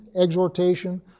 exhortation